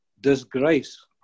disgrace